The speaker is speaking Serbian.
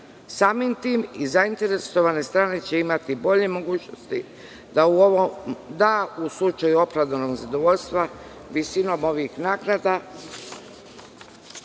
Samim tim i zainteresovane strane će imati bolje mogućnosti da, u slučaju opravdanog zadovoljstva, visinom ovih naknada